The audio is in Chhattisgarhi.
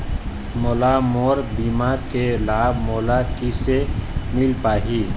मोला मोर बीमा के लाभ मोला किसे मिल पाही?